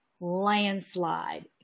landslide